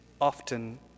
often